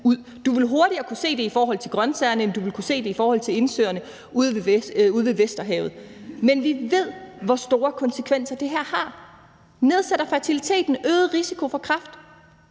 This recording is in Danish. Du ville hurtigere kunne se det i forhold til grønsagerne, end du ville kunne se det i forhold til indsøerne ude ved Vesterhavet. Men vi ved, hvor store konsekvenser det her har. Det nedsætter fertiliteten og øger risikoen for kræft.